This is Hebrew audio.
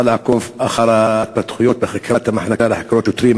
לעקוב אחר ההתפתחויות בחקירת המחלקה לחקירות שוטרים,